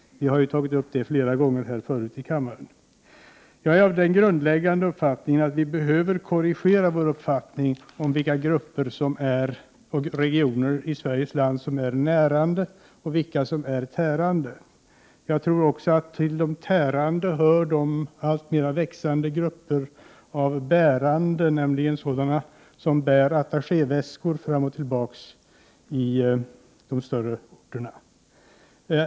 Vi har tagit upp detta flera gånger förut här i kammaren. Jag är av den grundläggande meningen att vi behöver korrigera vår uppfattning om vilka grupper och regioner i Sveriges land som är närande och vilka som är tärande. Jag tror också att till de tärande hör de alltmer växande grupperna av bärande, nämligen sådana som bär attachéväskor fram och tillbaka i de större orterna.